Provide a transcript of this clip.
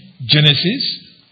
Genesis